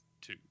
two